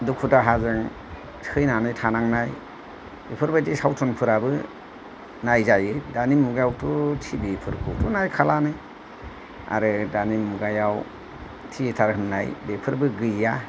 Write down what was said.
दुखु दाहाजों सैनानै थांनांनाय बेफोरबायदि सावथुनफोराबो नायजायो दानि मुगायावथ' टिभि फोरखौथ' नायखालानो आरो दानि मुगायाव थियेटार होन्नाय बेफोरबो गैया